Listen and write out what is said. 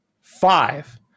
five